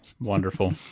wonderful